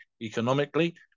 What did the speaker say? economically